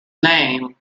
name